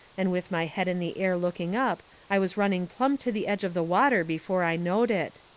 and with my head in the air looking up i was running plumb to the edge of the water before i knowed it.